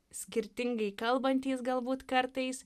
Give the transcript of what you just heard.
skirtingai kalbantys galbūt kartais